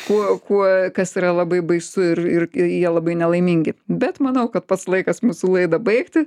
kuo kuo kas yra labai baisu ir ir jie labai nelaimingi bet manau kad pats laikas mūsų laidą baigti